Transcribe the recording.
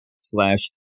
slash